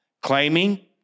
Claiming